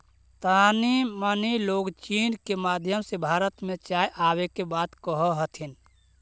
तानी मनी लोग चीन के माध्यम से भारत में चाय आबे के बात कह हथिन